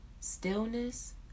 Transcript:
stillness